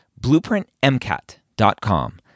BlueprintMCAT.com